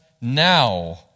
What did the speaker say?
now